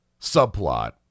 subplot